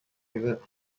river